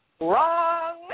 Wrong